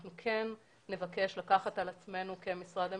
אנחנו כן נבקש לקחת על עצמנו כמשרד המשפטים,